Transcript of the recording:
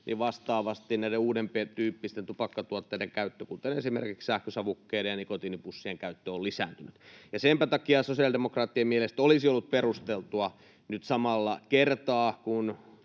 niin vastaavasti näiden uudemman tyyppisten tupakkatuotteiden käyttö, esimerkiksi sähkösavukkeiden ja nikotiinipussien käyttö, on lisääntynyt. Senpä takia sosiaalidemokraattien mielestä olisi ollut perusteltua nyt samalla kertaa,